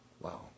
Wow